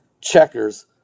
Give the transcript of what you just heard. checkers